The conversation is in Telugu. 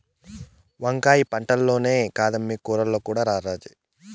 వంకాయ పంటల్లోనే కాదమ్మీ కూరల్లో కూడా రారాజే